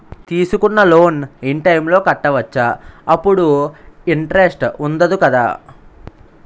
తీసుకున్న loan in time లో కట్టవచ్చ? అప్పుడు ఇంటరెస్ట్ వుందదు కదా?